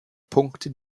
punkte